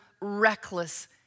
reckless